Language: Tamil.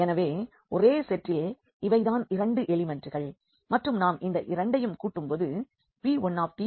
எனவே ஒரே செட்டில் இவை தான் 2 எலிமெண்ட்கள் மற்றும் நாம் இந்த ரெண்டையும் கூட்டும்போது p1 இந்த p2